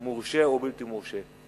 "מורשה" או "בלתי מורשה".